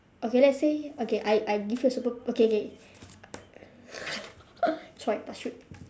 okay let's say okay I I give you a super okay okay !choy! touch wood